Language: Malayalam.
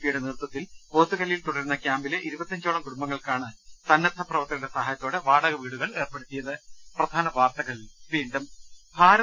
പിയുടെ നേതൃത്വത്തിൽ പോത്തുകല്ലിൽ തുടരുന്ന കൃാമ്പിലെ ഇരുപത്തഞ്ചോളം കുടുംബ ങ്ങൾക്കാണ് സന്നദ്ധ പ്രവർത്തകരുടെ സഹായത്തോടെ വാടക വീടുകൾ ഏർപ്പെടുത്തിയത്